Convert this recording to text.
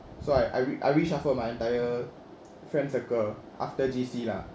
so I I re~ I reshuffle my entire friends circle after J_C lah